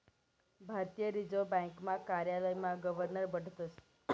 भारतीय रिजर्व ब्यांकना कार्यालयमा गवर्नर बठतस